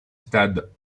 stades